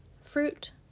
Fruit